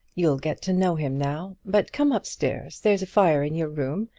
you'll get to know him now. but come up-stairs. there's a fire in your room,